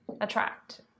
attract